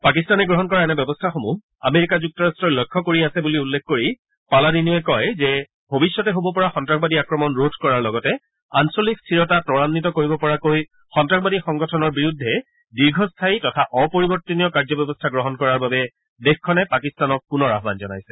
পাকিস্তানে গ্ৰহণ কৰা এনে ব্যৱস্থাসমূহ আমেৰিকা যুক্তৰাট্টই লক্ষ্য কৰি আছে বুলি উল্লেখ কৰি পালাডিনোৱে কয় যে ভৱিষ্যতে হ'ব পৰা সন্তাসবাদী আক্ৰমণ ৰোধ কৰাৰ লগতে আঞ্চলিক স্থিৰতা ত্বায়িত কৰিব পৰাকৈ সন্তাসবাদী সংগঠনৰ বিৰুদ্ধে দীৰ্ঘস্থায়ী তথা অপৰিৱৰ্তনীয় কাৰ্যব্যৱস্থা গ্ৰহণ কৰাৰ বাবে দেশখনে পাকিস্তানক পুনৰ আহান জনাইছে